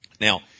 Now